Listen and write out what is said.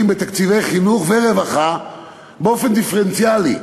בתקציבי חינוך ורווחה באופן דיפרנציאלי.